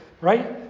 right